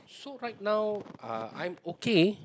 so right now uh I'm okay